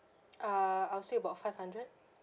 ah I'd say about five hundred